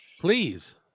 Please